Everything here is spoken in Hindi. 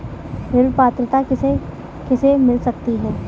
ऋण पात्रता किसे किसे मिल सकती है?